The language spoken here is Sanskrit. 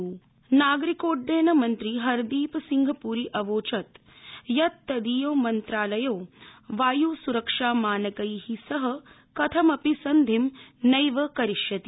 हरदीपसिंह नागरिकोड्डनमंत्री हरदीपसिंहपूरी अवचोत् यत् तदीयो मन्त्रालयो वायुसुरक्षामानकै सह कथमपि सन्धिं नैव करिष्यति